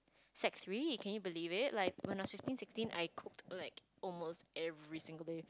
sec three can you believe it like when I was fifteen sixteen I cook for like almost every single day